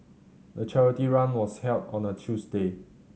the charity run was held on a Tuesday